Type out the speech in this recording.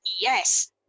yes